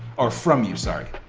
or from you, sorry.